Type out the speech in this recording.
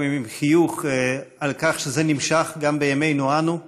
גם עם חיוך, על כך שזה נמשך גם בימינו אנו.